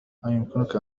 أيمكنك